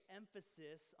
emphasis